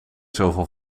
zoveel